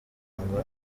ngo